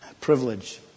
privilege